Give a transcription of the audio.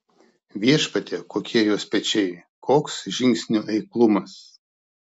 viešpatie kokie jos pečiai koks žingsnių eiklumas